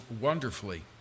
wonderfully